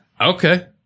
Okay